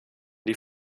die